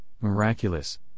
miraculous